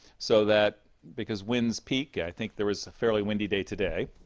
so that because winds peak i think there was a fairly windy day today,